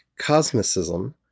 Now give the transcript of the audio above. cosmicism